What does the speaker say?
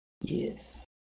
Yes